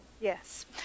Yes